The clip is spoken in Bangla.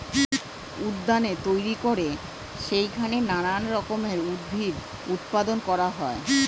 উদ্যানে তৈরি করে সেইখানে নানান রকমের উদ্ভিদ উৎপাদন করা হয়